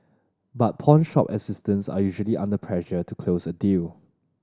but pawnshop assistants are usually under pressure to close a deal